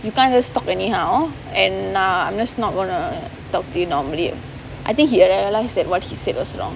you can't just talk anyhow and uh I'm just not going to talk to you normally I think he realised that what he said was wrong